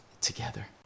together